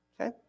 Okay